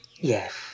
Yes